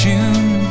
June